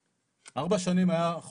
ארבע שנים היינו בוועדה.